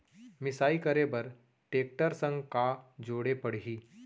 मिसाई करे बर टेकटर संग का जोड़े पड़ही?